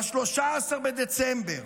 ב-13 בדצמבר